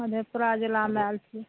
मधेपुरा जिलामे आएल छी